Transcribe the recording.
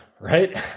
right